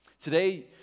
Today